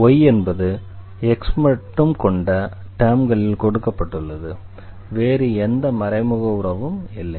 y என்பது x மட்டும் கொண்ட டெர்ம்களில் கொடுக்கப்பட்டுள்ளது வேறு எந்த மறைமுக உறவும் இல்லை